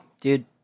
dude